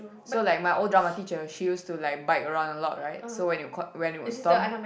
so like my old drama teacher she used to like bike around a lot right so when it caught when it would storm